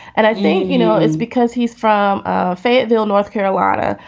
and i mean, you know, it's because he's from ah fayetteville, north carolina.